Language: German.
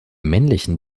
männlichen